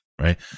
right